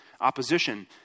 opposition